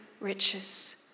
riches